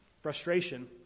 frustration